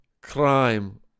crime